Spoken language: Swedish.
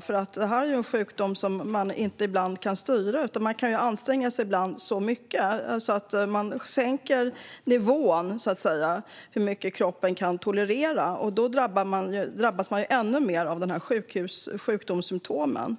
för det här är ju en sjukdom som man ibland inte kan styra. Man kan ibland anstränga sig så mycket att man sänker nivån för hur mycket kroppen kan tolerera, och då drabbas man ännu mer av sjukdomssymtomen.